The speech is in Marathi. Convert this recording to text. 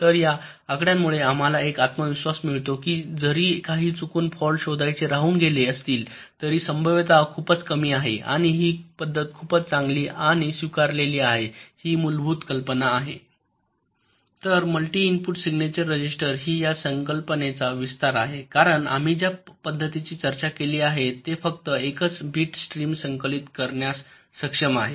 तर या आकड्यांमुळे आम्हाला एक आत्मविश्वास मिळतो की जरी काही चुकून फॉल्ट शोधायचे राहून गेले असतील तरी संभाव्यता खूपच कमी आहे आणि ही पद्धत खूपच चांगली आणि स्वीकारलेली आहे ही मूलभूत कल्पना आहे तर मल्टी इनपुट सिग्नेचर रजिस्टर ही या संकल्पनेचा विस्तार आहे कारण आम्ही ज्या पध्दतीची चर्चा केली आहे ते फक्त एकच बिट स्ट्रीम संकलित करण्यास सक्षम आहे